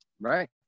Right